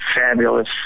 Fabulous